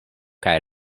kaj